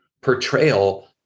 portrayal